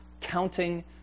counting